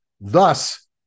Thus